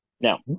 Now